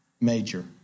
major